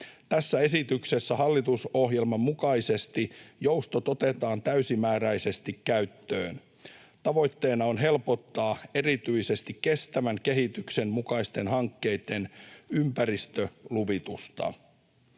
Tässä esityksessä hallitusohjelman mukaisesti joustot otetaan täysimääräisesti käyttöön. Tavoitteena on helpottaa erityisesti kestävän kehityksen mukaisten hankkeitten ympäristöluvitusta.